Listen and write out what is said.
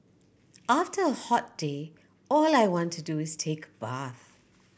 after a hot day all I want to do is take a bath